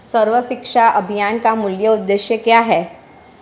सर्व शिक्षा अभियान का मूल उद्देश्य क्या है?